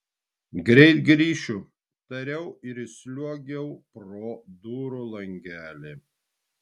greit grįšiu tariau ir įsliuogiau pro durų langelį